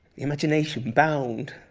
imagination bound.